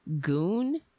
goon